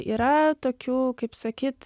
yra tokių kaip sakyt